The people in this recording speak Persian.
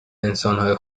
انسانهای